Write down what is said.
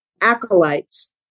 acolytes